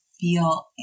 feel